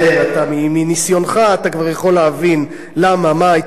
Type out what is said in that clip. מניסיונך אתה כבר יכול להבין למה, מה היתה הסיבה.